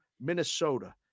Minnesota